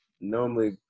normally